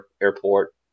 airport